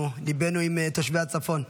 ליבנו עם תושבי הצפון.